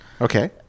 Okay